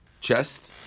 chest